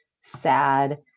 sad